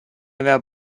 aveva